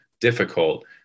difficult